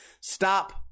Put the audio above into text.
Stop